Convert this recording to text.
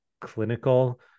clinical